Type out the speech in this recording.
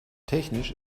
technisch